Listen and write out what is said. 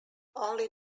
only